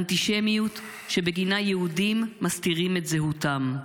אנטישמיות שבגינה יהודים מסתירים את זהותם.